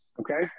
okay